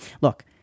Look